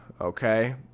okay